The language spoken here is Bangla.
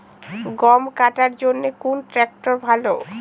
গম কাটার জন্যে কোন ট্র্যাক্টর ভালো?